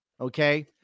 Okay